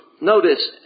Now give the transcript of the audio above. notice